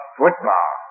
football